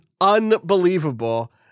unbelievable